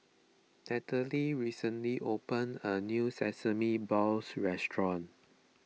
recently opened a new Sesame Balls restaurant